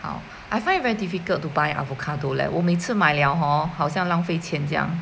好 I find it very difficult to buy avocado leh 我每次买了 hor 好像浪费钱这样